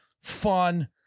fun